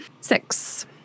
six